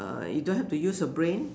uh you don't have to use your brain